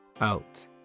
out